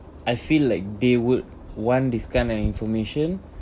I feel like they would want this kind of information